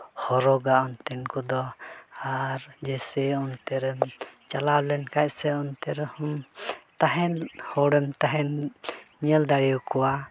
ᱦᱚᱨᱚᱜᱟ ᱚᱱᱛᱮᱱ ᱠᱚᱫᱚ ᱟᱨ ᱡᱮᱭᱥᱮ ᱚᱱᱛᱮ ᱨᱮᱢ ᱪᱟᱞᱟᱣ ᱞᱮᱱᱠᱷᱟᱱ ᱥᱮ ᱚᱱᱛᱮ ᱨᱮᱦᱚᱸ ᱛᱟᱦᱮᱱ ᱦᱚᱲᱮᱢ ᱛᱟᱦᱮᱱ ᱧᱮᱞ ᱫᱟᱲᱮᱭᱟᱠᱚᱣᱟ